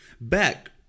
back